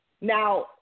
Now